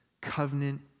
covenant